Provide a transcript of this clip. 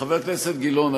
חבר הכנסת גילאון,